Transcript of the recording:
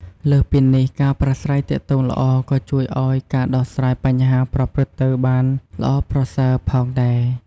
លើសពីនេះ ការប្រាស្រ័យទាក់ទងល្អក៏ជួយឲ្យ ការដោះស្រាយបញ្ហាប្រព្រឹត្តទៅបានល្អប្រសើរ ផងដែរ។